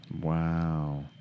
Wow